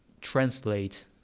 translate